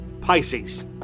Pisces